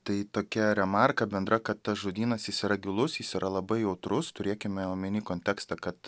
tai tokia remarka bendra kad tas žodynas jis yra gilus jis yra labai jautrus turėkime omeny kontekstą kad